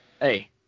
Hey